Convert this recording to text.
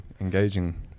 engaging